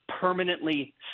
permanently